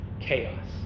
chaos